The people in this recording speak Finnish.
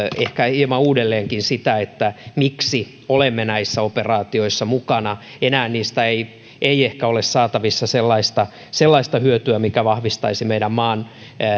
hieman uudelleenkin sitä miksi olemme näissä operaatioissa mukana enää niistä ei ei ehkä ole saatavissa sellaista sellaista hyötyä mikä vahvistaisi meidän maan